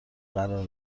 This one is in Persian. قرار